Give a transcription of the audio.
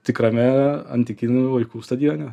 tikrame antikinių laikų stadione